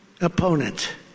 opponent